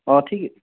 অঁ ঠিক